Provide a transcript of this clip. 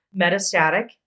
metastatic